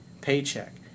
paycheck